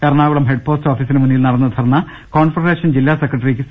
എറ ണാകുളം ഹെഡ് പോസ്റ്റാഫീസിന് മുന്നിൽ നടന്ന ധർണ്ണ കോൺഫെഡറേ ഷൻ ജില്ലാ സെകട്ടറി സി